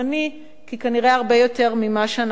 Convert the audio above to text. כי כנראה הרבה יותר מהר ממה שאנחנו חושבים